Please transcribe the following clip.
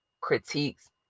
critiques